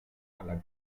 alla